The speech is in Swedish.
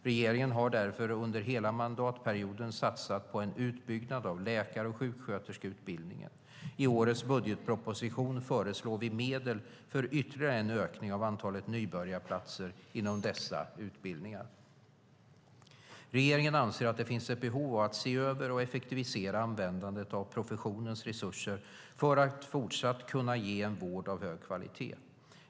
Regeringen har därför under hela mandatperioden satsat på en utbyggnad av läkar och sjuksköterskeutbildningarna. I årets budgetproposition föreslår vi medel för ytterligare en ökning av antalet nybörjarplatser inom dessa utbildningar. Regeringen anser att det finns ett behov av att se över och effektivisera användandet av professionens resurser för att fortsatt kunna ge en vård av hög kvalitet.